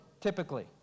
typically